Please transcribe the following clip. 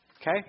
Okay